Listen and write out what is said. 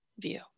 view